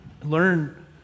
Learn